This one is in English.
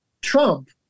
Trump